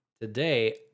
today